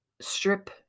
strip